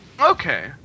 Okay